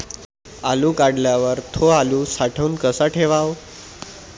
आलू काढल्यावर थो आलू साठवून कसा ठेवाव?